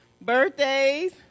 birthdays